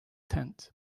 tent